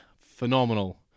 phenomenal